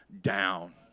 down